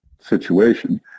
situation